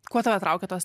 kuo tave traukia tos